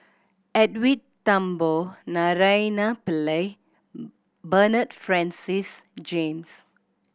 Edwin Thumboo Naraina Pillai Bernard Francis James